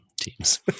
teams